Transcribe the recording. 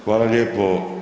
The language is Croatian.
Hvala lijepo.